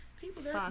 people